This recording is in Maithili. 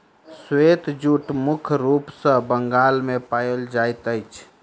श्वेत जूट मुख्य रूप सॅ बंगाल मे पाओल जाइत अछि